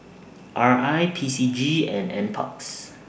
R I P C G and NParks